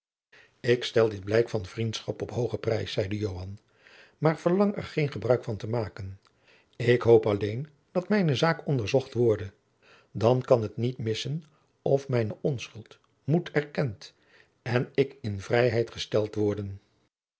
ik stel dit blijk van vriendschap op hoogen prijs zeide joan maar verlang er geen gebruik van te maken ik hoop alleen dat mijne zaak onderzocht worde dan kan het niet missen of mijne onschuld moet erkend en ik in vrijheid gesteld worden